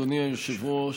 אדוני היושב-ראש,